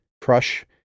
crush